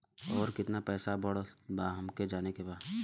और कितना पैसा बढ़ल बा हमे जाने के बा?